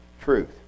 truth